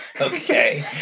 Okay